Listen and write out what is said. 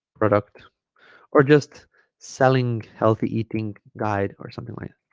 product or just selling healthy eating guide or something like that